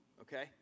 okay